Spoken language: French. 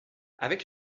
avec